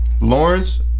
Lawrence